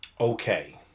Okay